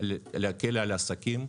להקל על עסקים,